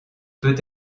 peut